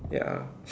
ya